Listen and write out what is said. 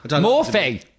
Morphine